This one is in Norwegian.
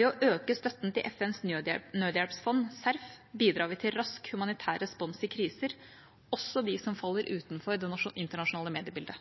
Ved å øke støtten til FNs nødhjelpsfond, CERF, bidrar vi til rask humanitær respons i kriser, også de som faller utenfor det internasjonale mediebildet.